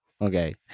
Okay